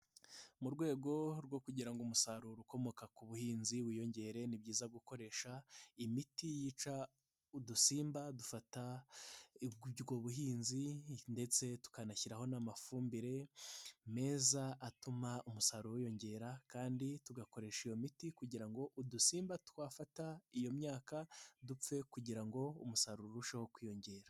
Mu rwego rwo kugirango umusaruro ukomoka ku buhinzi wiyongere, ni byiza gukoresha imiti yica udusimba dufata ubwo buhinzi, ndetse tukanashyiraho n'amafumbire meza atuma umusaruro wiyongera, kandi tugakoresha iyo miti kugirango udusimba twafata iyo myaka dupfe, kugirango umusaruro urusheho kwiyongera.